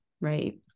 right